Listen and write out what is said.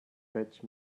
fetch